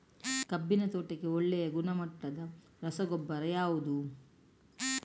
ಕಬ್ಬಿನ ತೋಟಕ್ಕೆ ಒಳ್ಳೆಯ ಗುಣಮಟ್ಟದ ರಸಗೊಬ್ಬರ ಯಾವುದು?